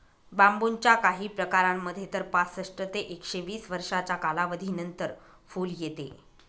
बांबूच्या काही प्रकारांमध्ये तर पासष्ट ते एकशे वीस वर्षांच्या कालावधीनंतर फुल येते